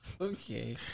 Okay